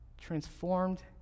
transformed